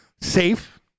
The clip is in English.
safe